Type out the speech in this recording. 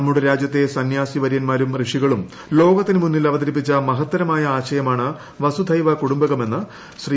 നമ്മുടെ രാജ്യത്തെ സന്ന്യാസിവര്യന്മാരും ഋഷികളും ലോകത്തിന് മുന്നിൽ അവതരിപ്പിച്ച മഹത്തരമായ ആശയമാണ് വസുധൈവ കൂടുംബകം എന്ന് ദ്ശ്രീ